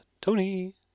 Tony